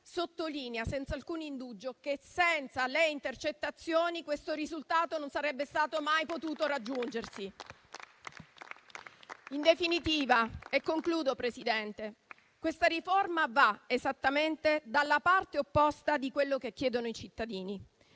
sottolinea senza alcun indugio che senza le intercettazioni questo risultato non si sarebbe mai potuto raggiungere. In definitiva, questa riforma va esattamente dalla parte opposta di quello che chiedono i cittadini: